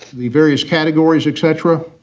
the various categories, etc.